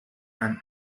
and